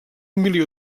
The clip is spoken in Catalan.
milió